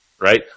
right